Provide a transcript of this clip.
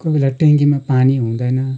कोही बेला ट्याङ्किमा पानी हुँदैन